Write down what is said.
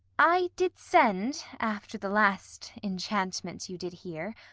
i did send, after the last enchantment you did here,